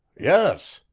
yes,